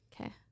Okay